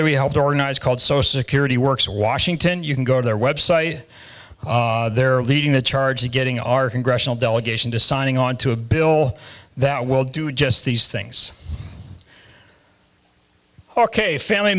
that we helped organize called social security works washington you can go to their website they're leading the charge of getting our congressional delegation to signing on to a bill that will do just these things hark a family